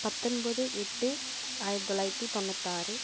பத்தொன்பது எட்டு ஆயிரத்தி தொள்ளாயிரத்தி தொண்ணூத்தாறு